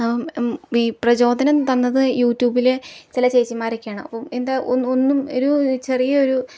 പ്രചോദനം തന്നത് യൂട്യൂബിലെ ചെല ചേച്ചിമാരൊക്കെയാണ് അപ്പം എന്താ ഒന്നും ഒരു ചെറിയ ഒരു